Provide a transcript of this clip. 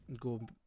go